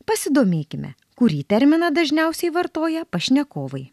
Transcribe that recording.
pasidomėkime kurį terminą dažniausiai vartoja pašnekovai